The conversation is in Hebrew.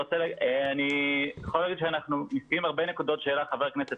אני יכול להגיד שאנחנו מסכימים עם הרבה נקודות שהעלה חבר הכנסת